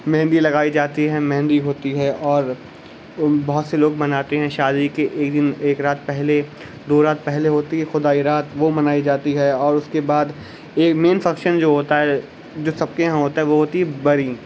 مہندی لگائی جاتی ہے مہندی ہوتی ہے اور بہت سے لوگ مناتے ہیں شادی کے ایک دن ایک رات پہلے دو رات پہلے ہوتی ہے رات وہ منائی جاتی ہے اور اس کے بعد ایک مین فنکشن جو ہوتا ہے جو سب کے یہاں ہوتا ہے وہ ہوتی ہے بری